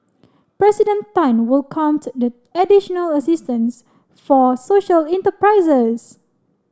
President Tan welcomed the additional assistance for social enterprises